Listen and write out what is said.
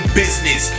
business